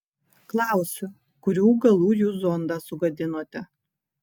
klausiu kurių galų jūs zondą sugadinote